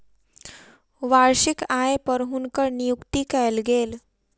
वार्षिक आय पर हुनकर नियुक्ति कयल गेल